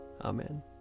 Amen